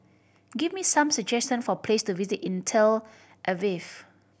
give me some suggestion for place to visit in Tel Aviv